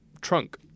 trunk